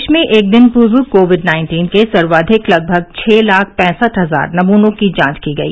देश में एक दिन पूर्व कोविड नाइन्टीन के सर्वाधिक लगभग छह लाख पैंसठ हजार नमूनों की जांच की गई